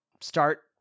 Start